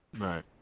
Right